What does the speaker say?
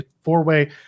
four-way